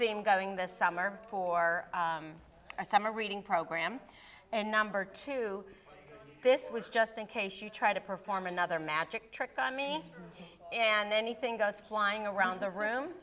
m going this summer for a summer reading program and number two this was just in case you try to perform another magic trick on me and anything goes flying around the room